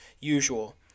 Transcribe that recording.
usual